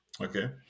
Okay